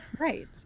Right